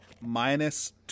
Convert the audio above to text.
minus